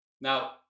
Now